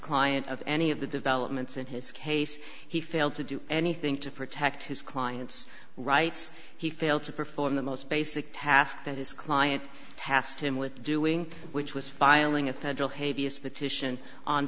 client of any of the developments in his case he failed to do anything to protect his client's rights he failed to perform the most basic task that his client task him with doing which was filing a federal hate b s petition on